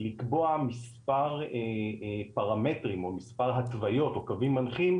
לקבוע מספר פרמטרים או מספר התוויות או קווים מנחים,